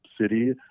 City